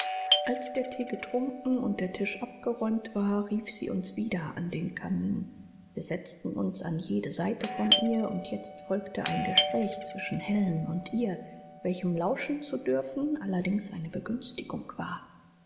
als der thee getrunken und der tisch abgeräumt war rief sie uns wieder an den kamin wir setzten uns an jede seite von ihr und jetzt folgte ein gespräch zwischen helen und ihr welchem lauschen zu dürfen allerdings eine begünstigung war